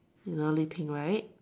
you know Li Ting right